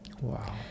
Wow